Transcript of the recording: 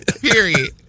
Period